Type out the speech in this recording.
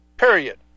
Period